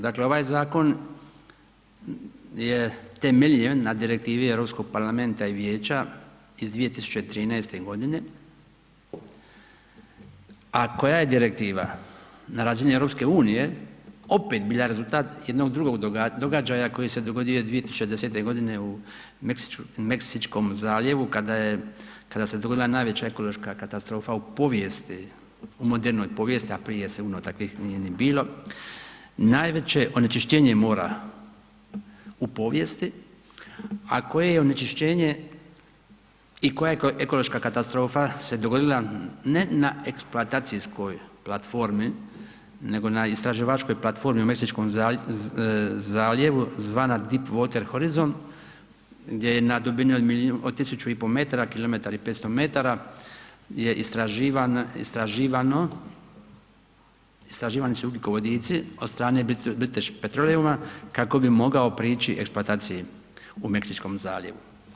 Dakle, ovaj zakon je temeljen na direktivi Europskog parlamenta i Vijeća iz 2013. godine, a koja je direktiva na razini Europske unije opet bila rezultat jednog drugog događaja koji se dogodio 2010. godine u Meksičkom zaljevu kada se dogodila najveća ekološka katastrofa u povijesti u modernoj povijesti, a prije sigurno takvih nije ni bilo, najveće onečišćenje mora u povijesti a koje onečišćenje i koja je ekološka katastrofa se dogodila ne na eksploatacijskoj platformi, nego na istraživačkoj platformi u Meksičkom zaljevu zvana Deep Wather Horizon gdje je na dubini od tisuću i pol metara kilometar i 500 metara je istraživano, istraživani su ugljikovodici od strane British Petroleuma kako bi mogao prići eksploataciji u Meksičkom zaljevu.